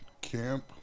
camp